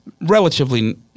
relatively